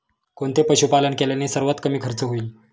कोणते पशुपालन केल्याने सर्वात कमी खर्च होईल?